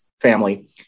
family